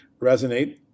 resonate